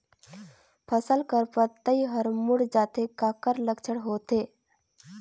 फसल कर पतइ हर मुड़ जाथे काकर लक्षण होथे?